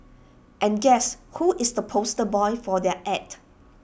and guess who is the poster boy for their Ad